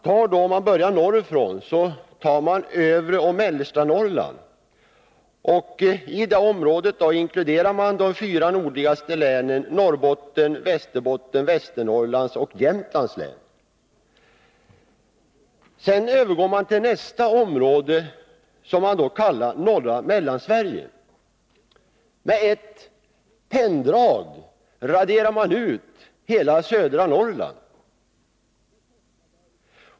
Om man börjar norrifrån, tar man övre och mellersta Norrland, och i detta område inkluderas de fyra nordligaste länen, Norrbottens, Västerbottens, Västernorrlands och Jämtlands län. Sedan övergår man till nästa område, som man kallar norra Mellansverige. Med ett penndrag raderar man ut hela södra Norrland!